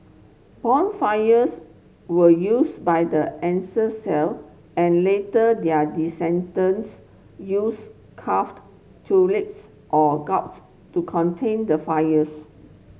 bonfires were used by the ancient Celt and later their descendants used carved turnips or gourds to contain the fires